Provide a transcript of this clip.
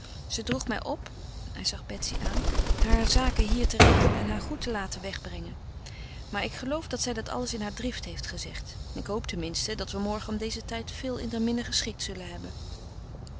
ze droeg mij op hij zag betsy aan haar zaken hier te regelen en haar goed te laten wegbrengen maar ik geloof dat zij dat alles in haar drift heeft gezegd ik hoop ten minste dat we morgen om dezen tijd veel in der minne geschikt zullen hebben